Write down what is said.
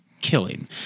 killing